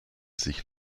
sich